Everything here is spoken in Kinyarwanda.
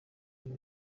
uyu